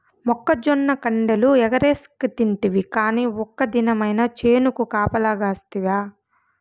మొక్కజొన్న కండెలు ఎగరేస్కతింటివి కానీ ఒక్క దినమైన చేనుకు కాపలగాస్తివా